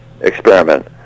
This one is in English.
experiment